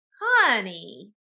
honey